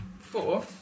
Four